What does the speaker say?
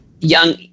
young